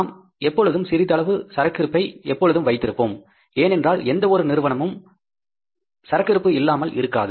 நாம் எப்பொழுதும் சிறிதளவு சரக்கு இருப்பை எப்பொழுதும் வைத்திருப்போம் ஏனென்றால் எந்த ஒரு நிறுவனமும் சரக்கு இருப்பு இல்லாமல் இருக்காது